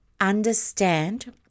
Understand